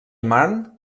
marne